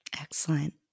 Excellent